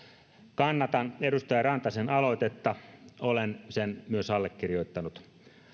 kannatan edustaja rantasen aloitetta olen sen myös allekirjoittanut